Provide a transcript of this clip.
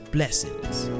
blessings